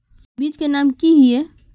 बीज के नाम की हिये?